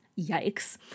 yikes